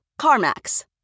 CarMax